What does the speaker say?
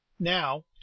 Now